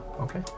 Okay